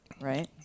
right